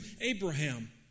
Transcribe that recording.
Abraham